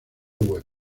web